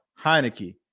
heineke